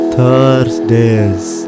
Thursdays